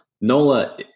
Nola